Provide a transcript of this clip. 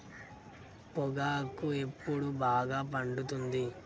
పొగాకు ఎప్పుడు బాగా పండుతుంది?